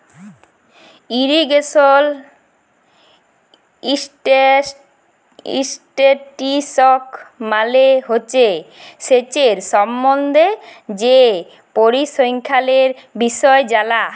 irrigation statistics মালে হছে সেঁচের সম্বল্ধে যে পরিসংখ্যালের বিষয় জালা